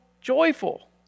joyful